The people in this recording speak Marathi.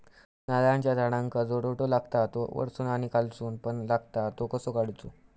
नारळाच्या झाडांका जो रोटो लागता तो वर्सून आणि खालसून पण लागता तो कसो काडूचो?